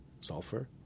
sulfur